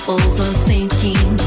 overthinking